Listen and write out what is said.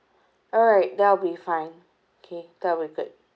alright that'll be fine okay that'll be good